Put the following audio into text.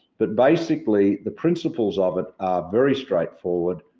but basically, the principles of it are very straightforward.